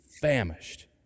famished